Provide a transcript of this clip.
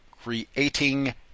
creating